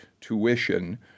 tuition